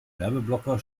werbeblocker